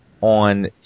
on